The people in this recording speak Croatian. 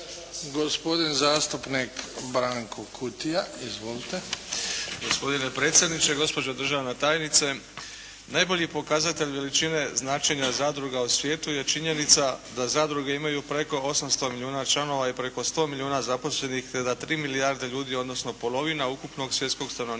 Gospodin zastupnik Branko Kutija. Izvolite. **Kutija, Branko (HDZ)** Gospodine predsjedniče, gospođo državna tajnice. Najbolji pokazatelj veličine značenja zadruga u svijetu je činjenica da zadruge imaju preko 800 milijuna članova i preko 100 milijuna zaposlenih te da 3 milijarde ljudi, odnosno polovina ukupnog svjetskog stanovništva